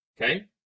okay